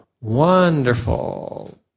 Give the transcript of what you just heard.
wonderful